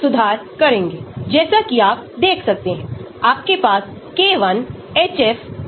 तो आपके पास log p तस्वीर में आने वाले इलेक्ट्रॉनिक कारक होंगे तस्वीर में आने वाले स्टेरिक कारक